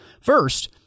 first